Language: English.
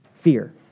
Fear